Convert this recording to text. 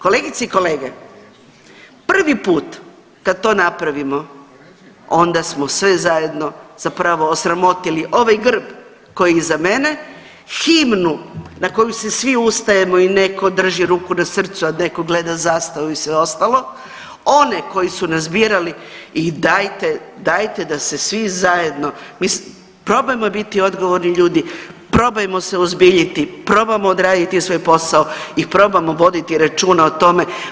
Kolegice i kolege, prvi put kad to napravimo onda smo sve zajedno zapravo osramotili, ovaj grb koji je iza mene, himnu na koju se svi ustajemo i neko drži ruku na srcu a neko gleda zastavu i sve ostalo one koji su nas birali i dajte da se svi zajedno, mislim probajmo biti odgovorni ljudi, probajmo se uozbiljiti, probajmo odraditi svoj posao i probajmo voditi računa o tome.